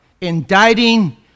Indicting